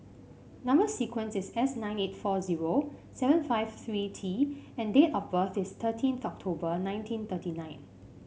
number sequence is S nine eight four zero seven five three T and date of birth is thirteenth October nineteen thirty nine